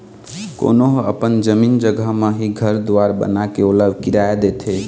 कोनो ह अपन जमीन जघा म ही घर दुवार बनाके ओला किराया देथे